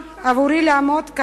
לרשותך.